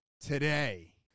today